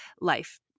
Life